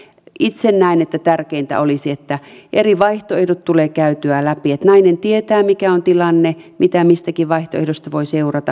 itse näen että tärkeintä olisi että eri vaihtoehdot tulee käytyä läpi että nainen tietää mikä on tilanne mitä mistäkin vaihtoehdosta voi seurata